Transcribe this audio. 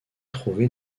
trouver